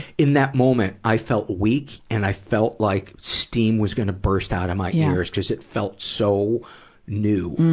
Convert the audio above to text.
in that moment, i felt weak, and i felt like steam was gonna burst out of my ears, cuz it felt so new.